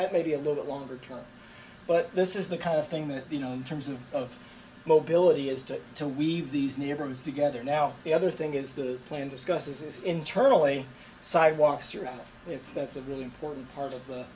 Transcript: it may be a little longer term but this is the kind of thing that you know terms of mobility is to to weave these neighborhoods together now the other thing is the plan discusses internally sidewalks or it's that's a really important part of the